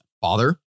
father